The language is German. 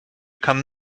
kann